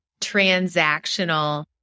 transactional